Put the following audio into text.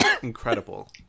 incredible